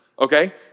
Okay